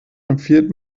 empfiehlt